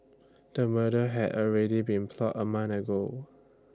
the murder had already been plotted A month ago